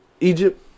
Egypt